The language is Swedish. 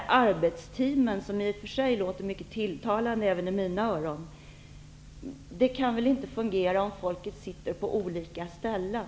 Dessa arbetsteam, som i och för sig även i mina öron låter mycket tilltalande att ha, kan väl inte fungera om de sitter på olika ställen.